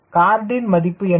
எனவே கார்டின் மதிப்பு என்ன